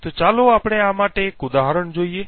તો ચાલો આપણે આ માટે એક ઉદાહરણ જોઈએ